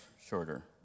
shorter